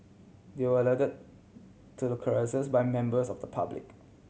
they were to the carcasses by members of the public